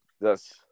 Yes